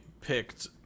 picked